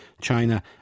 China